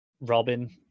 Robin